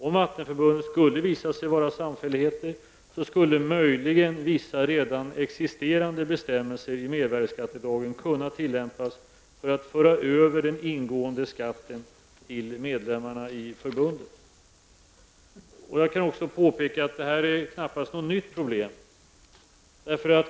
Om vattenförbunden skulle visa sig vara samfälligheter, skulle vissa redan existerande bestämmelser i mervärdeskattelagen möjligen kunna tillämpas för att föra över den ingående skatten till medlemmarna i förbunden. Jag kan också påpeka att det här knappast är något nytt problem.